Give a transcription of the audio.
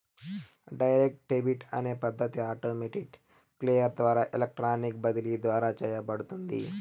direct debit అనే పద్ధతి automated clear ద్వారా ఎలక్ట్రానిక్ బదిలీ ద్వారా చేయబడుతుంది